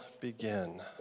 begin